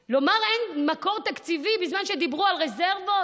לומר שאין מקור תקציבי בזמן שדיברו על רזרבות?